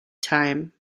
time